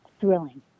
thrilling